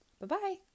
Bye-bye